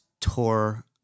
tore